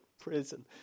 prison